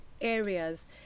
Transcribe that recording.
areas